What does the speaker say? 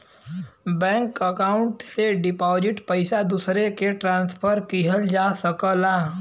bank account से deposit पइसा दूसरे के ट्रांसफर किहल जा सकला